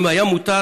אם היה מותר,